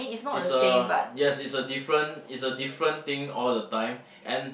is a yes is a different is a different thing all the time and